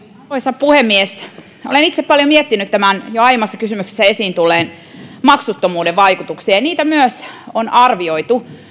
arvoisa puhemies olen itse paljon miettinyt tämän jo aiemmassa kysymyksessä esiin tulleen maksuttomuuden vaikutuksia ja niitä myös on arvioitu